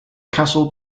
castle